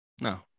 No